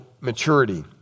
maturity